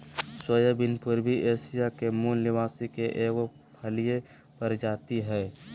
soybean पूर्वी Asia के मूल निवासी के एगो फलिय प्रजाति हइ